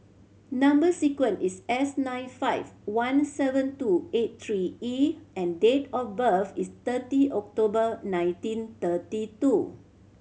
number sequence is S nine five one seven two eight three E and date of birth is thirty October nineteen thirty two